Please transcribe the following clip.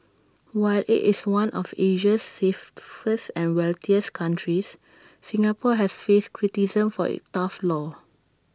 while IT is one of Asia's safest and wealthiest countries Singapore has faced criticism for its tough laws